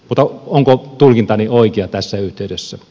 mutta onko tulkintani oikea tässä yhteydessä